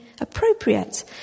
appropriate